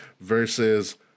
versus